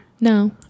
No